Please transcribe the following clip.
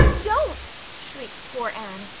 don't, shrieked poor anne.